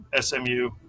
smu